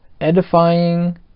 edifying